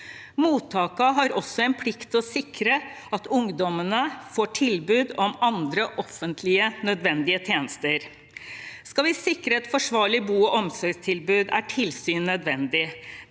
Mottakene har også en plikt til å sikre at ungdommene får tilbud om andre offentlige nødvendige tjenester. Skal vi sikre et forsvarlig bo- og omsorgstilbud, er tilsyn nødvendig.